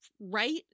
right